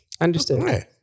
Understood